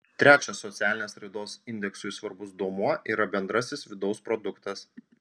trečias socialinės raidos indeksui svarbus duomuo yra bendrasis vidaus produktas